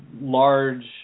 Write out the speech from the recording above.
large